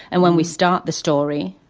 and when we start the story